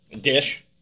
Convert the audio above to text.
Dish